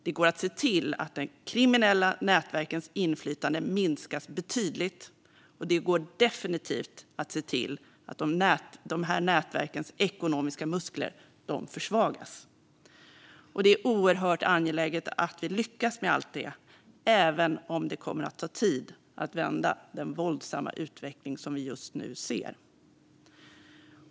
Det går att se till att de kriminella nätverkens inflytande minskas betydligt, och det går definitivt att se till att dessa nätverks ekonomiska muskler försvagas. Och det är oerhört angeläget att vi lyckas med allt detta, även om det kommer att ta tid att vända den våldsamma utveckling som vi just nu ser.